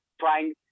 trying